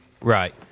Right